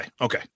Okay